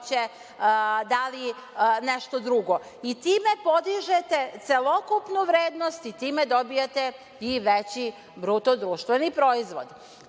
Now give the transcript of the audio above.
da li nešto drugo i time podižete celokupnu vrednost i time dobijate i veći bruto društveni proizvod.